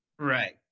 Right